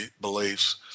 beliefs